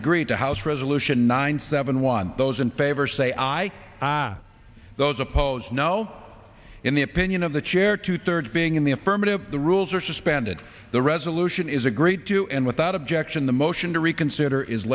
agreed to house resolution ninety seven one those in favor say aye those opposed now in the opinion of the chair two thirds being in the affirmative the rules are suspended the resolution is a great do and without objection the motion to reconsider is